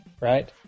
right